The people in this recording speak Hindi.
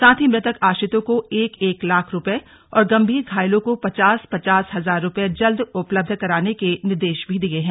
साथ ही मृतक आश्रितों को एक एक लाख रुपये और गम्भीर घायलों को पचास पचास हजार रुपये जल्द उपलब्ध कराने के निर्देश भी दिये हैं